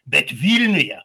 bet vilniuje